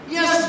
Yes